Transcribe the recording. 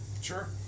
Sure